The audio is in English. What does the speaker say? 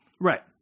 Right